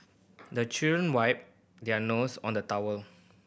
the children wipe their nose on the towel